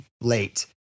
late